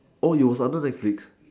oh it was under netflix